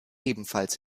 ebenfalls